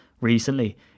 recently